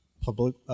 public